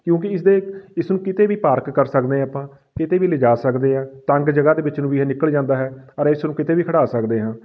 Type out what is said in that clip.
ਕਿਉਂਕਿ ਇਸਦੇ ਇਸ ਨੂੰ ਕਿਤੇ ਵੀ ਪਾਰਕ ਕਰ ਸਕਦੇ ਹਾਂ ਆਪਾਂ ਕਿਤੇ ਵੀ ਲਿਜਾ ਸਕਦੇ ਹਾਂ ਤੰਗ ਜਗ੍ਹਾ ਦੇ ਵਿੱਚ ਨੂੰ ਵੀ ਇਹ ਨਿਕਲ ਜਾਂਦਾ ਹੈ ਔਰ ਇਸਨੂੰ ਕਿਤੇ ਵੀ ਖੜ੍ਹਾ ਸਕਦੇ ਹਾਂ